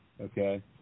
Okay